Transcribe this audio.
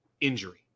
injury